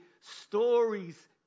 stories